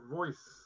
voice